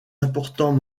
important